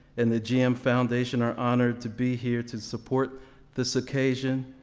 and the g m. foundation are honored to be here to support this occasion.